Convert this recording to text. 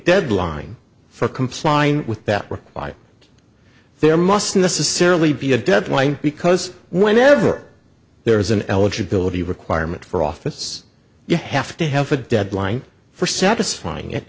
deadline for complying with that work why there must necessarily be a deadline because whenever there is an eligibility requirement for office you have to have a deadline for satisfying it